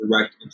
direct